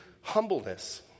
humbleness